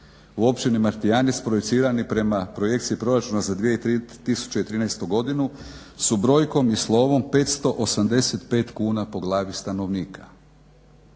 u Općini Martijanec projicirani prema projekciji Proračuna za 2013. godinu su brojkom i slovom 585 kuna po glavi stanovnika.